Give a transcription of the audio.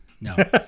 No